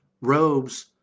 robes